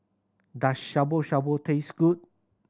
does Shabu Shabu taste good